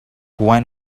when